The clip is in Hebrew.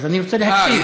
אז אני רוצה להקשיב.